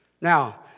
Now